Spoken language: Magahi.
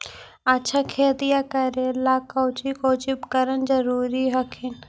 अच्छा खेतिया करे ला कौची कौची उपकरण जरूरी हखिन?